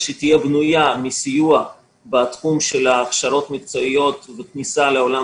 מסיוע בתחום של הכשרות מקצועיות ובכניסה לעולם